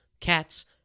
cats